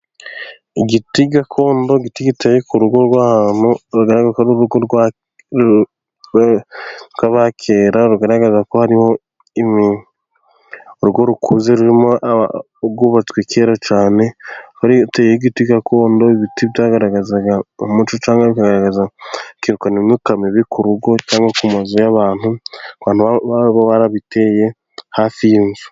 Igiti gakondo, igiti giteye mu rugo rw'ahantu rugaragara ko ari urugo rw'abakera, rugaragara ko ari urugo rukuze rwubatswe kera cyane, hateyeho igiti gakondo ibiti byagaragazaga umuco cyangwa bikirukana imyuka mibi, ku rugo cyangwa ku mazu y'abantu ku bantu babaga barabiteye hafi y'inzu.